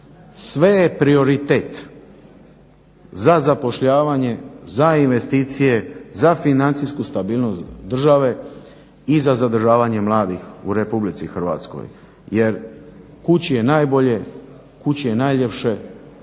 sve je prioritet za zapošljavanje, za investicije, za financijsku stabilnost države i za zadržavanje mladih u Republici Hrvatskoj, jer kući je najbolje, kući je najljepše